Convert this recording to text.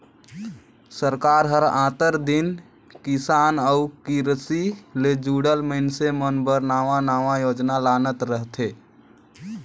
सरकार हर आंतर दिन किसान अउ किरसी ले जुड़ल मइनसे मन बर नावा नावा योजना लानत रहथे